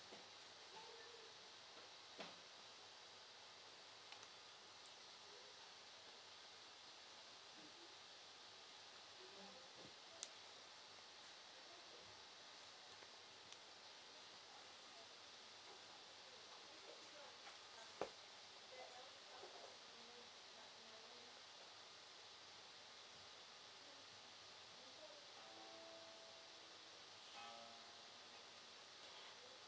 okay